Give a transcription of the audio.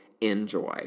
Enjoy